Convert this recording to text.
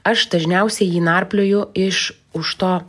aš dažniausiai jį narplioju iš už to